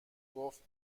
گفت